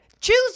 choose